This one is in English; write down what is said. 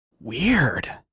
Weird